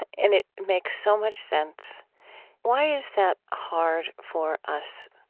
and it makes so much sense why is that hard for us,